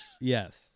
yes